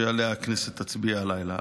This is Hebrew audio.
שעליה הכנסת תצביע הלילה.